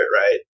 right